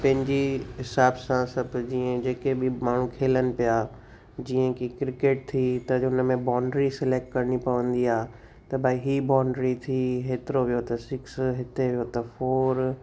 पंहिंजी हिसाब सां सभु जीअं जेके बि माण्हू खेलनि पिया जीअं की क्रिकेट थी त उन में बॉन्ड्री सिलेक्ट करिणी पवंदी आहे त भई हीअ बॉन्ड्री थी हेतिरो वियो त सिक्स हिते वियो त फॉर